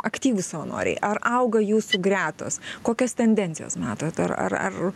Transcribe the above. aktyvūs savanoriai ar auga jūsų gretos kokias tendencijas matot ar ar ar